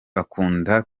bakunda